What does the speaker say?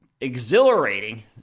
exhilarating –